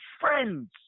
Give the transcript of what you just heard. friends